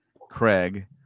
Craig